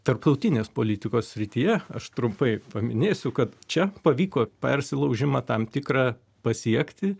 tarptautinės politikos srityje aš trumpai paminėsiu kad čia pavyko persilaužimą tam tikrą pasiekti